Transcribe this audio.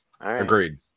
Agreed